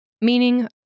meaning